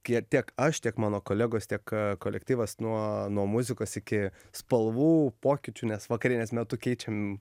kie tiek aš tiek mano kolegos tiek kolektyvas nuo nuo muzikos iki spalvų pokyčių nes vakarienės metu keičiam